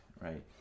right